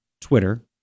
Twitter